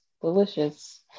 delicious